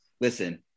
listen